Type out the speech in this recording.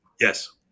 Yes